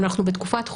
אנחנו בתקופת חורף,